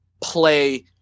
play